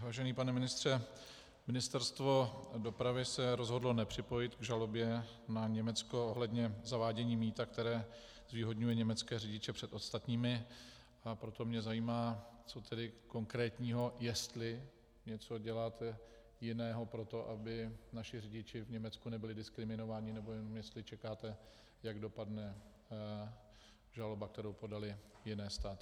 Vážený pane ministře, Ministerstvo dopravy se rozhodlo nepřipojit k žalobě na Německo ohledně zavádění mýta, které zvýhodňuje německé řidiče před ostatními, a proto mě zajímá, co tedy konkrétního, jestli něco jiného děláte pro to, aby naši řidiči v Německu nebyli diskriminováni, nebo jenom jestli čekáte, jak dopadne žaloba, kterou podaly jiné státy.